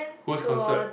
whose concert